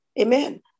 amen